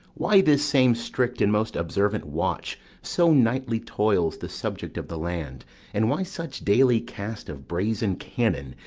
why this same strict and most observant watch so nightly toils the subject of the land and why such daily cast of brazen cannon,